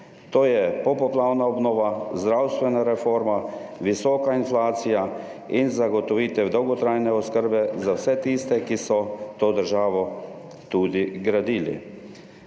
To je popoplavna obnova, zdravstvena reforma, visoka inflacija in zagotovitev dolgotrajne oskrbe za vse tiste, ki so to državo tudi gradili.